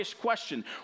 question